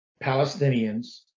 Palestinians